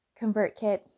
ConvertKit